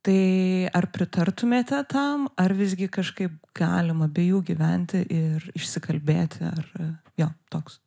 tai ar pritartumėte tam ar visgi kažkaip galima be jų gyventi ir išsikalbėti ar jo toks